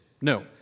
No